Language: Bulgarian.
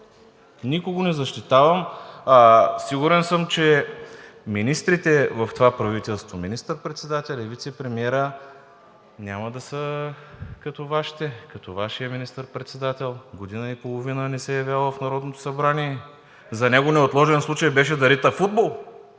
Никого не защитавам. Сигурен съм, че министрите в това правителство, министър председателят и вицепремиерът няма да са като Вашите, като Вашия министър-председател – година и половина не се е явявал в Народното събрание. (Реплики от ГЕРБ-СДС.) За него неотложен случай беше да рита футбол.